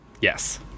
Yes